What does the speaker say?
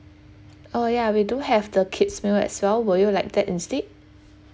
uh ya we do have the kids meal as well will you like that instead